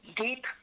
deep